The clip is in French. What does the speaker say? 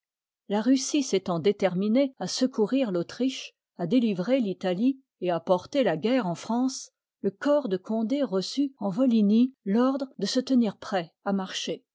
la russie s étant déterminée à secourir l'autriche à déhyrer l'italie et à porter la guerre en france le corps de condé reçut en volhinie l'ordre de se tenir prêt à marcher